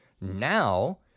now